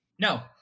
No